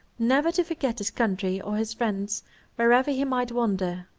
never to forget his country or his friends wherever he might wander.